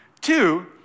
Two